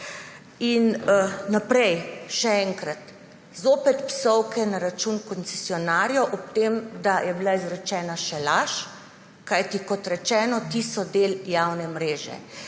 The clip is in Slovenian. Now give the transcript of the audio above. Naprej. Še enkrat, zopet psovke na račun koncesionarjev, ob tem da je bila izrečena še laž, ker, kot rečeno, ti so del javne mreže.